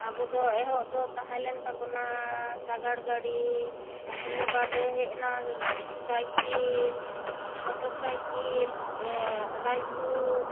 ᱟᱵᱚ ᱫᱚ ᱮᱦᱚᱵ ᱫᱚ ᱛᱟᱦᱮᱸ ᱞᱮᱱ ᱛᱟᱵᱚᱱᱟ ᱥᱟᱜᱟᱲ ᱜᱟᱹᱰᱤ ᱚᱱᱟ ᱵᱟᱫᱮ ᱦᱮᱡ ᱮᱱᱟ ᱥᱟᱭᱠᱮᱞ ᱢᱚᱴᱚᱨ ᱥᱟᱭᱠᱮᱞ ᱨᱟᱡᱽ ᱫᱩᱛ